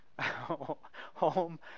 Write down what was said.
home